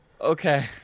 Okay